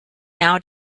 now